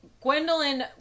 Gwendolyn